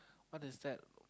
what does that